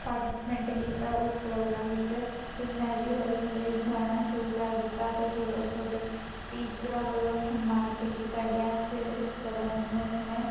participant ਕੀਤਾ ਉਸ programme ਵਿੱਚ ਫਿਰ ਮੈਂ ਵੀ ਹੌਲੀ ਹੌਲੀ ਗਾਉਣਾ ਸ਼ੁਰੂ ਕਰ ਦਿੱਤਾ ਅਤੇ ਫਿਰ ਉੱਥੋਂ ਦੇ ਟੀਚਰਾਂ ਵੱਲੋਂ ਸਨਮਾਨਿਤ ਕੀਤਾ ਗਿਆ ਫਿਰ ਇਸ ਤਰ੍ਹਾਂ ਮੈਨੂੰ ਆਪਣੇ